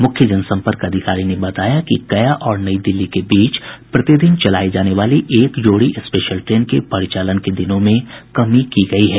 मुख्य जनसंपर्क अधिकारी ने बताया कि गया और नई दिल्ली के बीच प्रतिदिन चलायी जाने वाली एक जोड़ी स्पेशल ट्रेन के परिचालन के दिनों में कमी की गई है